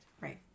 right